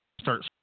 start